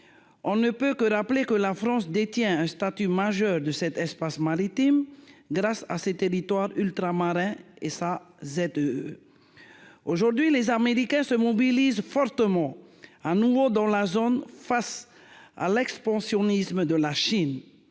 on ne peut que rappeler que la France détient un statut majeur de cet espace maritime grâce à ces territoires ultramarins et sa Z, aujourd'hui, les Américains se mobilisent fortement un nouveau dans la zone face à l'expansionnisme de la Chine